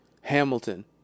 Hamilton